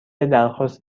درخواست